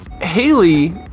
Haley